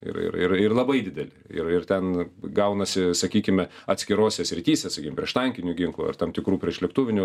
ir ir ir labai dideli ir ir ten gaunasi sakykime atskirose srityse sakykim prieštankinių ginklų ir tam tikrų priešlėktuvinių